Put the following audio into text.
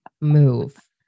Move